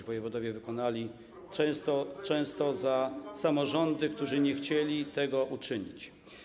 Wojewodowie wykonali to często za samorządy, które nie chciały tego uczynić.